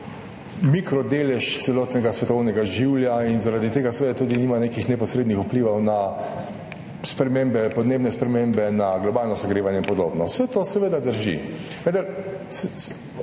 mikro delež celotnega svetovnega življa in zaradi tega seveda tudi nima nekih neposrednih vplivov na podnebne spremembe, na globalno segrevanje in podobno. Vse to seveda drži.